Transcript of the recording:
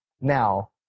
Now